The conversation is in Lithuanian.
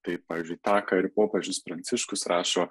tai pavyzdžiui tą ką ir popiežius pranciškus rašo